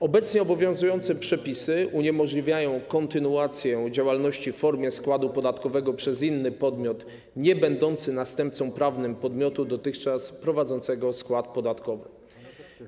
Obecnie obowiązujące przepisy uniemożliwiają kontynuację działalności w formie składu podatkowego przez inny podmiot niebędący następcą prawnym podmiotu dotychczas prowadzącego skład podatkowy.